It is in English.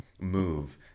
move